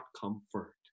comfort